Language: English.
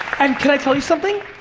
and can i tell you something?